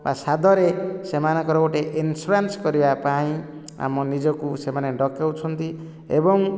ଆଷାଦରେ ସେମାନଙ୍କର ଗୋଟିଏ ଇନ୍ସୁରାନ୍ସ କରିବା ପାଇଁ ଆମ ନିଜକୁ ସେମାନେ ଡକାଉଛନ୍ତି ଏବଂ